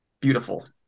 beautiful